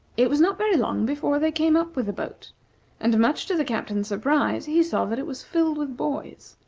it was not very long before they came up with the boat and, much to the captain's surprise, he saw that it was filled with boys.